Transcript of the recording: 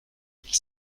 mille